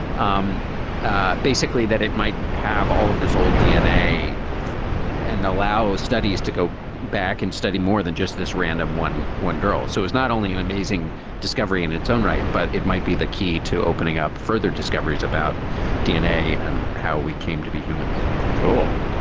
um ah basically, that it might have all of this old dna and allow studies to go back and study more than just this random one, one girl so it's not only an amazing discovery in its own right, but it might be the key to opening up further discoveries about dna and how we came to be humans cool.